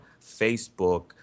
Facebook